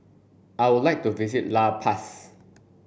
I would like to visit La Paz